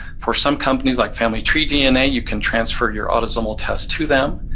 for some companies like familytreedna, you can transfer your autosomal test to them.